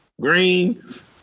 greens